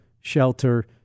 shelter